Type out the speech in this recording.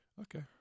Okay